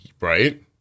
right